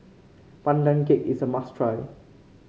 Pandan Cake is a must try